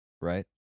right